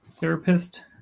therapist